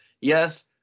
yes